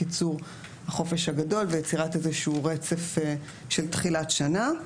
קיצור החופש הגדול ויצירת רצף של תחילת שנה.